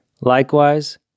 Likewise